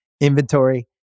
inventory